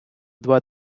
два